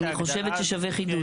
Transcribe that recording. אני חושבת ששווה חידוד.